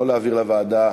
נגד, לא להעביר לוועדה.